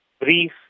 brief